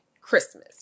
Christmas